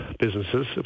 businesses